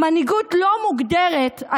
מנהיגות לא מוגדרת,